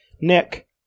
nick